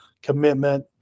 Commitment